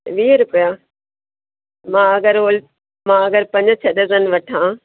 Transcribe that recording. वीह रुपया मां अगरि होल मां अगरि पंज छह डज़न वठां